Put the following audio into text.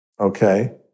Okay